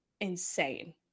insane